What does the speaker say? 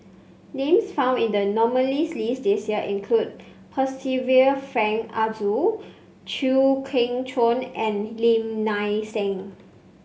names found in the nominees' list this year include Percival Frank Aroozoo Chew Kheng Chuan and Lim Nang Seng